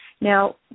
Now